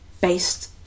based